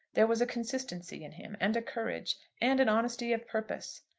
there was a consistency in him, and a courage, and an honesty of purpose.